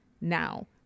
now